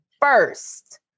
first